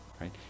right